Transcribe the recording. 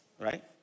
right